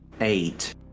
eight